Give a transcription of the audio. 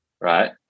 right